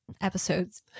episodes